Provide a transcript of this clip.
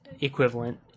equivalent